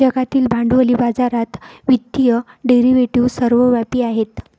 जागतिक भांडवली बाजारात वित्तीय डेरिव्हेटिव्ह सर्वव्यापी आहेत